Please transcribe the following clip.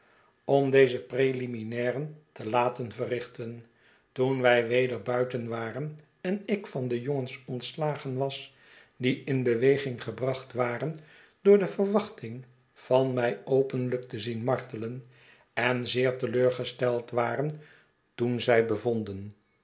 om deze preliminairen te laten verrichten toen wij weder buiten waren en ik van de jongens ontslagen was die in beweging gebracht waren door de verwachting van mij openiijk te zien martelen en zeer te leur gesteld waren toen zij bevonden